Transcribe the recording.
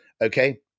Okay